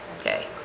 Okay